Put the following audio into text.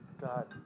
God